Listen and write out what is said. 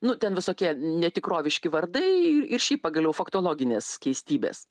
nu ten visokie netikroviški vardai ir šiaip pagaliau faktologinės keistybės